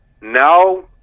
Now